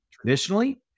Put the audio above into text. traditionally